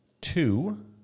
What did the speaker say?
two